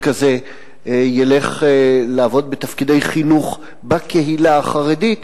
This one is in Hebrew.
כזה ילך לעבוד בתפקידי חינוך בקהילה החרדית,